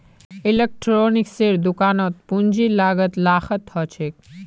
इलेक्ट्रॉनिक्सेर दुकानत पूंजीर लागत लाखत ह छेक